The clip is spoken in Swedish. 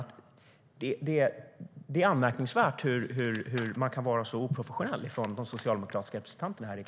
Det är anmärkningsvärt att de socialdemokratiska representanterna i kammaren kan vara så oprofessionella.